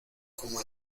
como